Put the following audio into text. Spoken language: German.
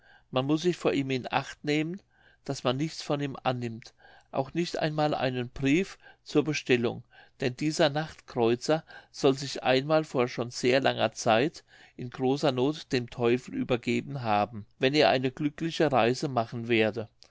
man muß sich vor ihm in acht nehmen daß man nichts von ihm annimmt auch nicht einmal einen brief zur bestellung denn dieser nachtkreuzer soll sich einmal vor schon sehr langer zeit in großer noth dem teufel übergeben haben wenn er eine glückliche reise machen werde